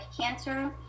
cancer